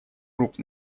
групп